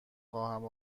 خواهم